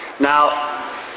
now